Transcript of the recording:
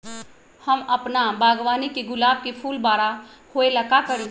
हम अपना बागवानी के गुलाब के फूल बारा होय ला का करी?